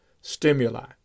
stimuli